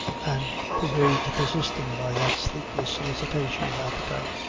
and pervades the system by that sleepless solicitation of appetite,